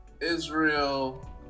Israel